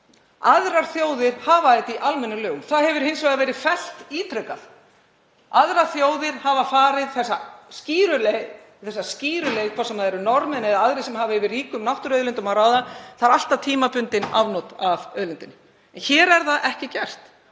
Aðrar þjóðir hafa þetta í almennum lögum. Það hefur hins vegar verið fellt ítrekað. Aðrar þjóðir hafa farið þessa skýru leið, hvort sem það eru Norðmenn eða aðrir sem hafa yfir ríkum náttúruauðlindum að ráða. Það eru alltaf tímabundin afnot af auðlindinni. En hér er það ekki gert.